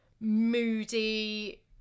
moody